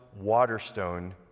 Waterstone